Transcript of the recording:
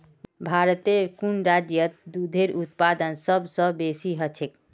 भारतेर कुन राज्यत दूधेर उत्पादन सबस बेसी ह छेक